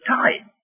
time